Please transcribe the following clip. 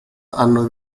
hanno